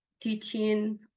teaching